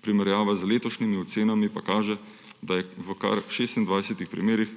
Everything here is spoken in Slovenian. Primerjava z letošnjimi ocenami pa kaže, da je v kar 26 primerih